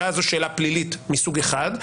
ואז זו שאלה פלילית מסוג אחד,